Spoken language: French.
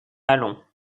allons